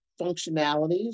functionalities